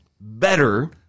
better